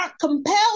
compelled